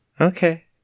Okay